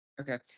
Okay